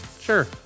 Sure